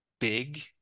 big